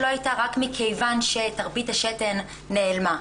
שהיא לא הייתה רק מכיוון שתרבית השתן נעלמה.